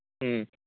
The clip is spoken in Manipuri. ꯎꯝ